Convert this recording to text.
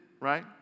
right